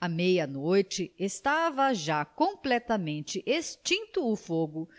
à meia-noite estava já completamente extinto o fogo